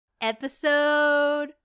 Episode